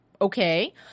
Okay